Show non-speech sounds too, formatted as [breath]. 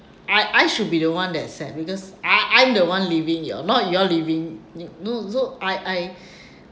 I I should be the one that's sad because I I'm the one leaving you all not you all leaving you know so I I [breath]